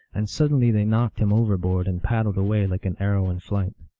and suddenly they knocked him overboard, and paddled away like an arrow in flight.